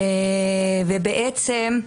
ובעצם,